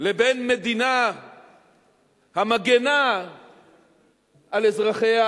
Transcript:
לבין מדינה המגינה על אזרחיה